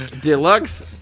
Deluxe